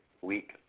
week